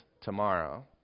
tomorrow